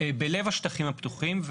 בלב השטחים הפתוחים.